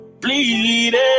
bleeding